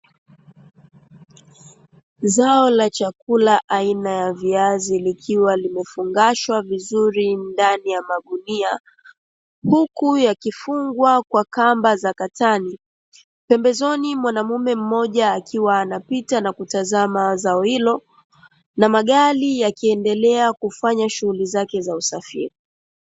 Zao la chakula aina ya viazi likiwa limefungashwa vizuri ndani ya magunia, huku yakifungwa kwa kamba za katani. pembezoni mwanaume mmoja akiwa anapita na kutazama zao hilo, na magari yakiendela kufanya shughuli zake za usafiri.